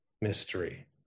mystery